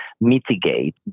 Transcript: mitigate